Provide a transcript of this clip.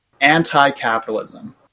anti-capitalism